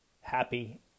happy